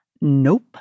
Nope